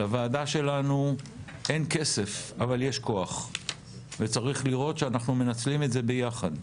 לוועדה שלנו אין כסף אבל יש כוח וצריך לראות שאנחנו מנצלים את זה ביחד.